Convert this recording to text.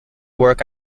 work